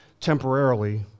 temporarily